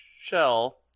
Shell